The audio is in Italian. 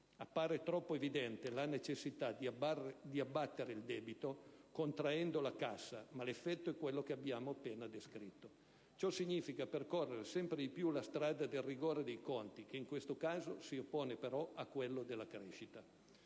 Appare troppo evidente la necessità di abbattere il debito contraendo la cassa, ma l'effetto è quello che abbiamo appena descritto. Ciò significa percorrere sempre di più la strada del rigore dei conti che, in questo caso, si oppone però a quella della crescita.